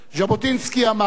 ז'בוטינסקי אמר: